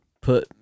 put